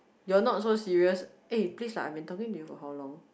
you're not so serious eh please lah I've been talking to you for how long